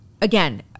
again